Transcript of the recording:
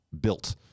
built